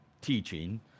teaching